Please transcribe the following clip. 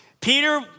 Peter